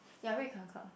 ya red car car